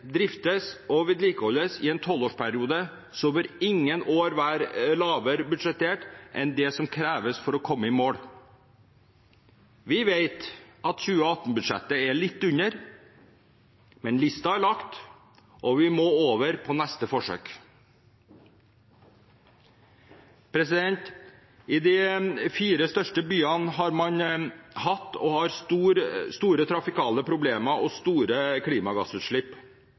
driftes og vedlikeholdes i en tolvårsperiode, bør ingen av årene være lavere budsjettert enn det som kreves for å komme i mål. Vi vet at 2018-budsjettet er litt under, men lista er lagt, og vi må over på neste forsøk. I de fire største byene har man hatt – og har – store trafikale problemer og store klimagassutslipp.